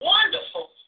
Wonderful